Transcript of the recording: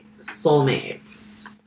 soulmates